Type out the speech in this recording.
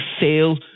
fail